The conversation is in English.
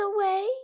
away